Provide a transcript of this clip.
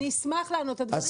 אדוני,